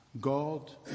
God